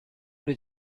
did